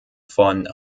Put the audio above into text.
von